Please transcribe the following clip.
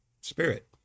spirit